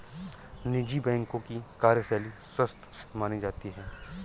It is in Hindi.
निजी बैंकों की कार्यशैली स्वस्थ मानी जाती है